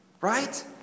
Right